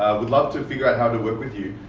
we'd love to figure out how to work with you,